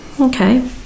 Okay